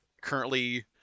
currently